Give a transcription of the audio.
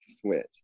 switch